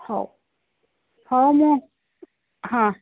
ହଉ ହଉ ମୁଁ ହଁ